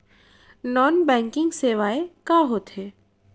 Non banking सेवाएं का होथे?